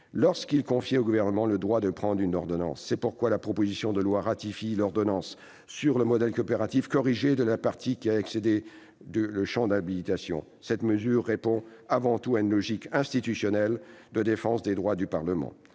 lorsqu'il confiait au Gouvernement le droit de prendre une ordonnance. C'est pourquoi la proposition de loi ratifie l'ordonnance sur le modèle coopératif corrigée de la partie qui a excédé le champ de l'habilitation. Cette mesure répond avant tout à une logique institutionnelle de défense des droits du Parlement.